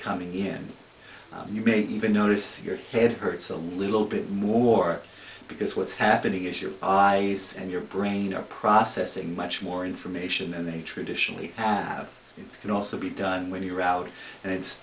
coming in and you may even notice your head hurts a little bit more because what's happening is your eyes and your brain are processing much more information and they traditionally have can also be done when you're out and it's